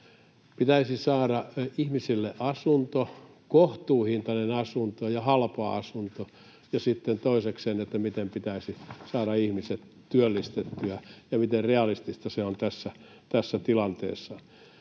pitäisi saada ihmisille asunto, kohtuuhintainen ja halpa asunto, ja sitten toisekseen, miten pitäisi saada ihmiset työllistettyä ja miten realistista se on tässä tilanteessa.